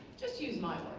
just use my